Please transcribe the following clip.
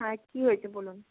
হ্যাঁ কী হয়েছে বলুন